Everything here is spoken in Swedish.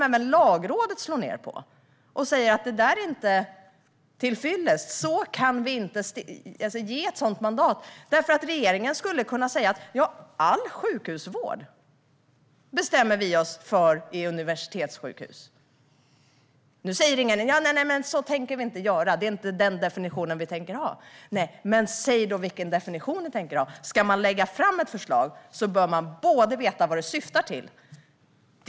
Även Lagrådet slår ned på detta och säger att det inte är tillfyllest. Man kan inte få ett sådant mandat, eftersom regeringen skulle kunna säga att man bestämmer sig för att all sjukhusvård är universitetssjukhus. Nu säger regeringen: Så tänker vi inte göra. Det är inte den definitionen vi tänker ha. Nej, men säg då vilken definition ni tänker ha! Ska man lägga fram ett förslag bör man veta vad det syftar till.